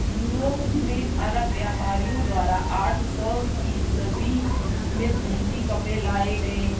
Europe में अरब व्यापारियों द्वारा आठ सौ ईसवी में सूती कपड़े लाए गए